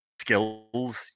skills